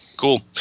Cool